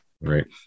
Right